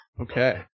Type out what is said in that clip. Okay